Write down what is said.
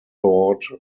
thought